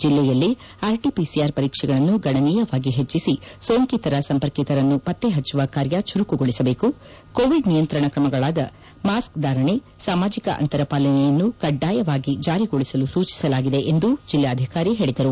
ಜಿಲ್ಲೆಯಲ್ಲಿ ಆರ್ಟಿಪಿಸಿಆರ್ ಪರೀಕ್ಷೆಗಳನ್ನು ಗಣನೀಯವಾಗಿ ಹೆಚ್ಚಿಸಿ ಸೋಂಕಿತರ ಸಂಪರ್ಕಿತರನ್ನು ಪತ್ತೆ ಪಚ್ಚುವ ಕಾರ್ಯ ಚುರುಕುಗೊಳಿಸಬೇಕು ಕೋವಿಡ್ ನಿಯಂತ್ರಣ ಕ್ರಮಗಳಾದ ಮಾಸ್ಕ್ ಧಾರಣೆ ದೈಹಿಕ ಅಂತರ ಪಾಲನೆಯನ್ನು ಕಡ್ಡಾಯವಾಗಿ ಜಾರಿಗೊಳಿಸಲು ಸೂಚಿಸಲಾಗಿದೆ ಎಂದು ಜಿಲ್ಲಾಧಿಕಾರಿ ಹೇಳಿದರು